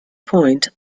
point